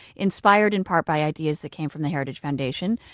inspired in part by ideas that came from the heritage foundation.